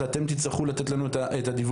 זה אתם תצטרכו לתת לנו את הדיווח.